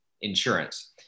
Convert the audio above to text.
insurance